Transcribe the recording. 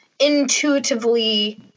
intuitively